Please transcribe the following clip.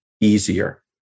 easier